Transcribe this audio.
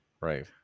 right